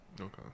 okay